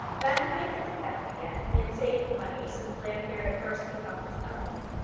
that he might get them back again he had saved money since llanfeare had first become his own.